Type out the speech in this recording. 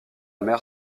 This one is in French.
mer